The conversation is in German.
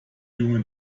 junge